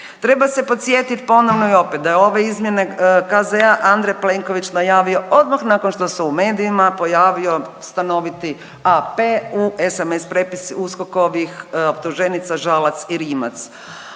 Treba se podsjetit ponovno i opet da je ove izmjene KZ-a Andrej Plenković najavio odmah nakon što se u medijima pojavio stanoviti AP u SMS prepisci USKOK-ovih optuženica Žalac i Rimac.